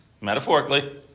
metaphorically